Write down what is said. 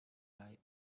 eye